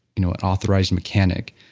you know authorized mechanic,